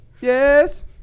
Yes